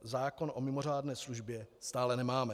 zákon o mimořádné službě stále nemáme.